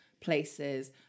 places